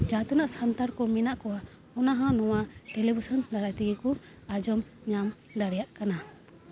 ᱡᱟᱦᱟᱸ ᱛᱤᱱᱟᱹᱜ ᱥᱟᱱᱛᱟᱲ ᱠᱚ ᱢᱮᱱᱟᱜ ᱠᱚᱣᱟ ᱚᱱᱟ ᱦᱚᱸ ᱱᱚᱣᱟ ᱴᱮᱞᱤᱵᱷᱤᱥᱚᱱ ᱫᱟᱨᱟᱭ ᱛᱮᱜᱮ ᱠᱚ ᱟᱸᱡᱚᱢ ᱧᱟᱢ ᱫᱟᱲᱮᱭᱟᱜ ᱠᱟᱱᱟ